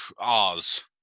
oz